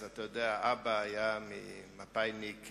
אז אבא היה מפא"יניק,